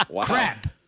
crap